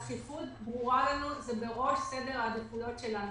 הדחיפות ברורה לנו, זה בראש סדר העדיפויות שלנו.